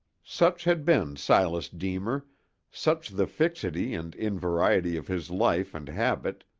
such had been silas deemer such the fixity and invariety of his life and habit,